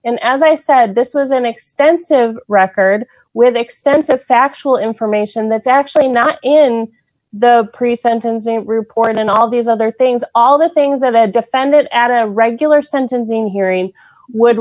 and as i said this was an extensive record with extensive factual information that's actually not in the pre sentencing report and all these other things all the things that a defendant at a regular sentencing hearing would